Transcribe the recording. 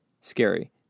scary